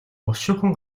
бушуухан